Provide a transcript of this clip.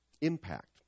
Impact